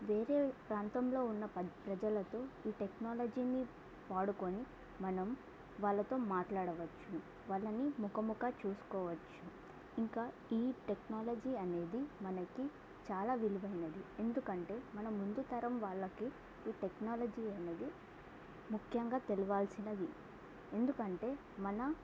వేరే ప్రాంతంలో ఉన్న ప్రజలతో ఈ టెక్నాలజీని వాడుకుని మనం వాళ్ళతో మాట్లాడవచ్చు వాళ్ళని ముఖాముఖి చూసుకోవచ్చు ఇంకా ఈ టెక్నాలజీ అనేది మనకి చాలా విలువైనది ఎందుకంటే మనం ముందు తరం వాళ్ళకి ఈ టెక్నాలజీ అనేది ముఖ్యంగా తెలవాల్సినది ఎందుకంటే మన